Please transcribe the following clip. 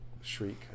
Shriek